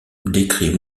décrit